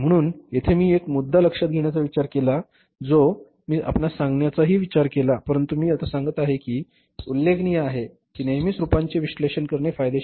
म्हणून येथे मी एक मुद्दा लक्षात घेण्याचा विचार केला जो मी आपणास सांगण्याचाही विचार केला परंतु मी आता सांगत आहे की उल्लेखनीय आहे की नेहमीच रूपांचे विश्लेषण करणे फायदेशीर ठरत नाही